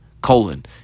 Colon